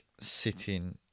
sitting